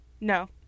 No